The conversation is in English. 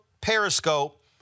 Periscope